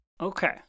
Okay